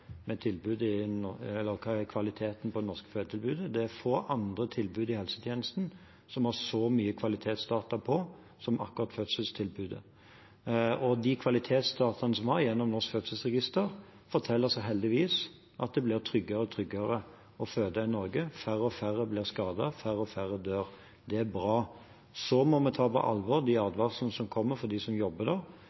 med tilbudet eller hvordan kvaliteten på det norske fødetilbudet er. Det er få andre tilbud i helsetjenesten som vi har så mye kvalitetsdata på, som akkurat fødselstilbudet. De kvalitetsdataene som vi har gjennom Medisinsk fødselsregister, forteller oss heldigvis at det blir tryggere og tryggere å føde i Norge – færre og færre blir skadet, færre og færre dør. Det er bra. Så må vi ta på alvor de advarslene som kommer fra dem som jobber